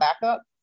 backup